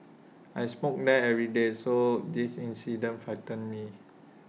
I smoke there every day so this incident frightened me